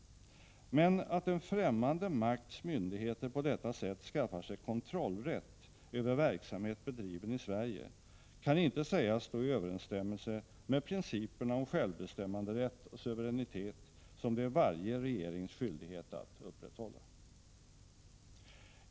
Men att en främmande makts myndigheter på detta sätt skaffar sig kontrollrätt över verksamhet bedriven i Sverige kan inte sägas stå i överensstämmelse med principerna om självbestämmanderätt och suveränitet, som det är varje regerings skyldighet att upprätthålla.